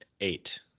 eight